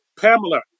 Pamela